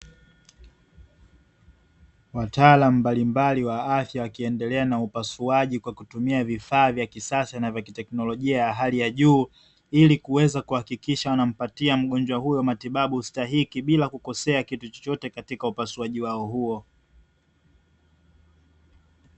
Wataalamu mbalimbali wa afya wakiendelea na upasuaji kwa kutumia vifaa vya kisasa na vya kitekinolojia ya hali ya juu, ili kuweza kuhakikisha wanampatia mgonjwa huyo matibabu stahiki bila kukosea kitu chochote katika upasuaji wao huo.